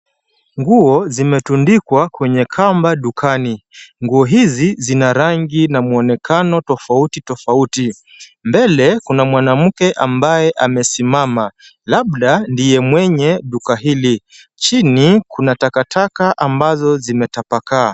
Nguo zimetundikwa kwenye kamba dukani. Nguo hizi zina rangi na mwonekano tofauti tofauti. Mbele kuna mwanamke ambaye amesimama, labda ndiye mwenye duka hili. Chini kuna takataka ambazo zimetapakaa.